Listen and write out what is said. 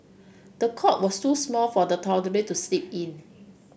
the cot was too small for the toddler to sleep in